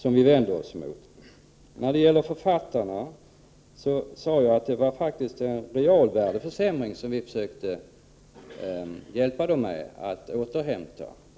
Detta vänder vi oss emot. Vi försökte faktiskt återhämta en realvärdeförsämring som drabbat författarna.